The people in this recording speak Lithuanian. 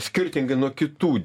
skirtingai nuo kitų